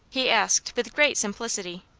he asked, with great simplicity.